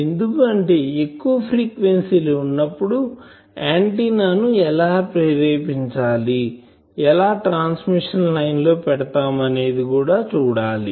ఎందుకు అంటే ఎక్కువ ఫ్రీక్వెన్సీ లు వున్నప్పుడు ఆంటిన్నాను ఎలా ప్రేరేపించేలి ఎలా ట్రాన్స్మిషన్ లైన్ లో పెడతాం అనేది చూడాలి